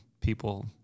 people